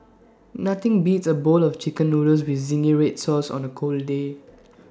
nothing beats A bowl of Chicken Noodles with Zingy Red Sauce on A cold day